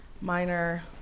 minor